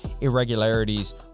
irregularities